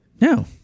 No